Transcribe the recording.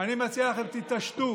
אני מציע לכם, תתעשתו.